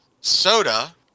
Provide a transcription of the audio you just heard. soda